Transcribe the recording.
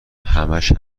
همش